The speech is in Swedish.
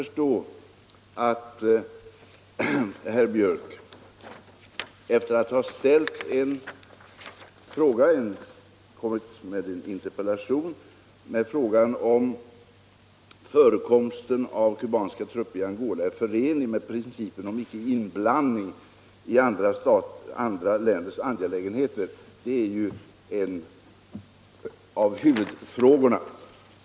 I sin interpellation har herr Björck ställt frågan om förekomsten av kubanska trupper i Angola är förenlig med principen om icke inblandning i andra länders angelägenheter — det är en av huvudfrågorna.